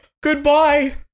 goodbye